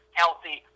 healthy